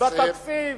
בתקציב